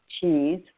cheese